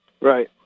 Right